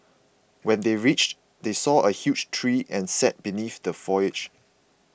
when they reached they saw a huge tree and sat beneath the foliage